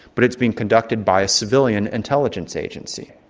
but it's being conducted by a civilian intelligence agency.